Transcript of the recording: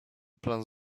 plan